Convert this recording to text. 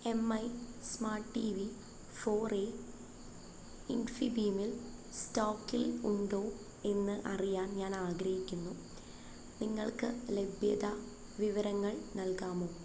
M I smart T V four A ഇൻഫിബീമിൽ സ്റ്റോക്കിൽ ഉണ്ടോ എന്ന് അറിയാൻ ഞാൻ ആഗ്രഹിക്കുന്നു നിങ്ങൾക്ക് ലഭ്യത വിവരങ്ങൾ നൽകാമോ